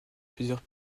plusieurs